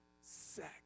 sex